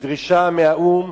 ודרישה מהאו"ם